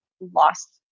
lost